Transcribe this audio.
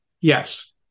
yes